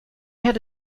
had